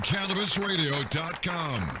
CannabisRadio.com